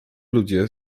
ludzie